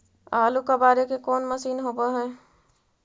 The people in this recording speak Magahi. आलू कबाड़े के कोन मशिन होब है?